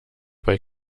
bei